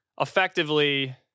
effectively